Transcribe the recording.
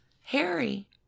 Harry